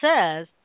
says